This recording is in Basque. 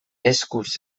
eskuz